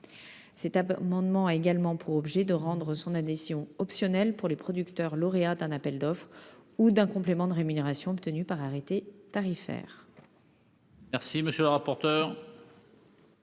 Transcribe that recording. Cet amendement a également pour objet de rendre l'adhésion au dispositif optionnelle pour les producteurs lauréats d'un appel d'offres ou d'un complément de rémunération obtenu par arrêté tarifaire.